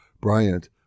Bryant